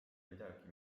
midagi